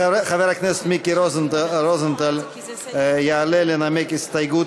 חבר הכנסת מיקי רוזנטל יעלה לנמק הסתייגות